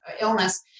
illness